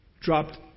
dropped